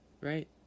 right